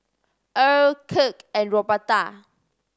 Erle Kirk and Roberta